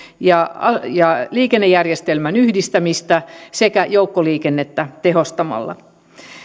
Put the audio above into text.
ja ja liikennejärjestelmän yhdistämistä sekä joukkoliikennettä tehostamalla